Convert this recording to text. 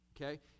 Okay